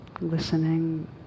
listening